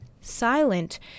silent